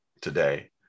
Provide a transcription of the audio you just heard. today